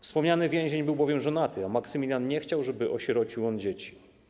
Wspomniany więzień był bowiem żonaty, a Maksymilian nie chciał, żeby osierocił dzieci.